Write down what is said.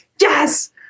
yes